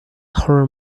her